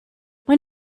when